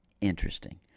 Interesting